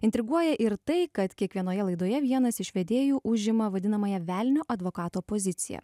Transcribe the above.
intriguoja ir tai kad kiekvienoje laidoje vienas iš vedėjų užima vadinamąją velnio advokato poziciją